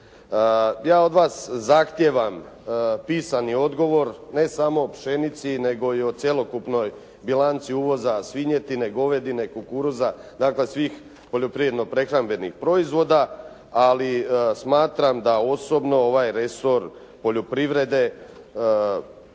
Ja od vas zahtijevam pisani odgovor ne samo o pšenici nego i o cjelokupnoj bilanci uvoza svinjetine, govedine, kukuruza. Dakle svih poljoprivredno-prehrambenih proizvoda, ali smatram da osobno ovaj resor poljoprivrede